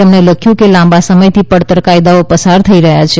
તેણે લખ્યું કે લાંબા સમયથી પડતર કાયદાઓ પસાર થઈ રહ્યા છે